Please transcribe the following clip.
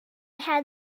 had